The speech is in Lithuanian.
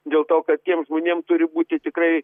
dėl to kad tiem žmonėm turi būti tikrai